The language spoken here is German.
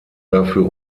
dafür